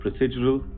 procedural